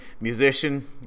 musician